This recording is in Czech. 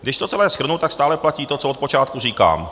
Když to celé shrnu, tak stále platí to, co odpočátku říkám.